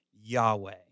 Yahweh